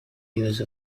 use